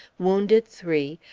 wounded three,